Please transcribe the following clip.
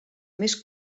més